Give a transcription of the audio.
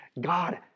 God